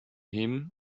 him